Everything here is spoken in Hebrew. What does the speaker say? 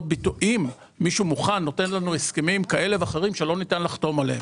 אם מישהו מוכן נותן לנו הסכמים כאלה ואחרים שלא ניתן לחתום עליהם.